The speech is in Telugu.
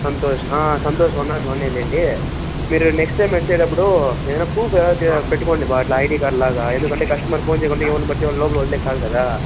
సంతోష్ సంతోష్ వన్ నాట్ వన్నే లేండి మీరు నెక్స్ట్ టైం వచ్చేదప్పుడూ ఏదన్నా ప్రూఫ్ ఏదన్నా పెట్టుకోండబ్బా ఐడి కార్డ్ లాగా ఎందుకంటే కస్టమర్ ఫోన్ చేయకుండా ఎవరినిపడితే వాళ్ళని లోపలికి వదిలేకి కాదు కదా